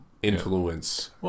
influence